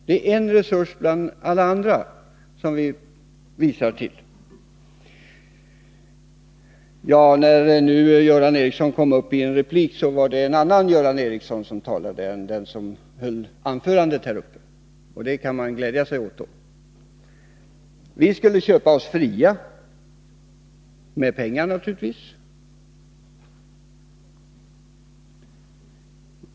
Det är en resurs bland alla andra som vi hänvisar till. När Göran Ericsson kom upp i en replik var det en annan Göran Ericsson som talade än den som höll anförandet. Det kan man glädja sig åt. Göran Ericsson menar att vi skulle köpa oss fria med pengar.